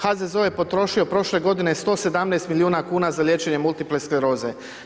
HZZO je potrošio prošle godine 117 milijuna kuna za liječenje multiple skleroze.